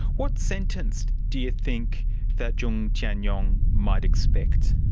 what sentence to you think that jiang tianyong might expect?